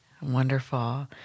Wonderful